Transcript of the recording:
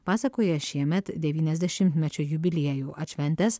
pasakoja šiemet devyniasdešimtmečio jubiliejų atšventęs